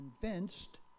convinced